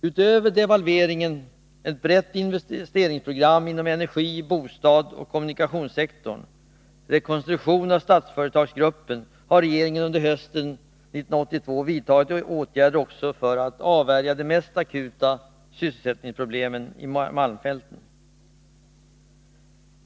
Utöver devalveringen, ett brett investeringsprogram inom energi-, bostadsoch kommunikationssektorn samt rekonstruktion av Statsföretagsgruppen har regeringen under hösten 1982 vidtagit åtgärder för att avvärja de mest akuta sysselsättningsproblemen i malmfälten.